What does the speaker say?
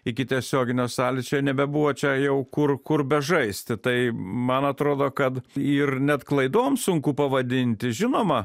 iki tiesioginio sąlyčio nebebuvo čia jau kur kur bežaisti tai man atrodo kad ir net klaidom sunku pavadinti žinoma